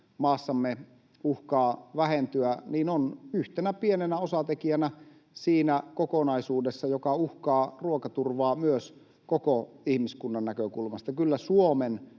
maassamme uhkaa vähentyä, on yhtenä pienenä osatekijänä siinä kokonaisuudessa, joka uhkaa ruokaturvaa myös koko ihmiskunnan näkökulmasta. Kyllä Suomen,